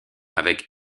avec